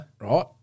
Right